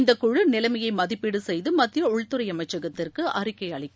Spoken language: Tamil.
இந்த குழு நிலைமையை மதிப்பீடு செய்து மத்திய உள்துறை அமைச்சகத்திற்கு அறிக்கை அளிக்கும்